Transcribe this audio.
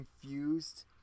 confused